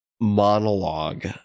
monologue